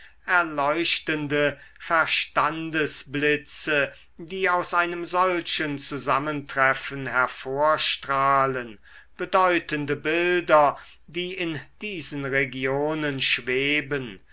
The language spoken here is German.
erleuchtende verstandesblitze die aus einem solchen zusammentreffen hervorstrahlen bedeutende bilder die in diesen regionen schweben